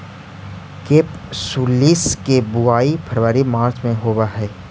केपसुलरिस के बुवाई फरवरी मार्च में होवऽ हइ